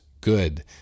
Good